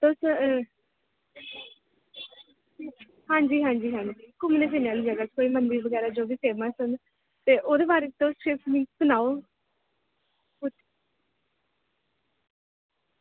तुस हां जी हां जी घूमने फिरने जगह् कोई बी मन्दिर बगैरा जो बी फेमस न ओह्दे बारे च तुस सिर्फ मी सनाओ